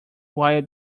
while